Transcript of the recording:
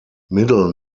middle